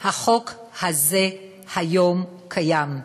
החוק הזה היום קיים.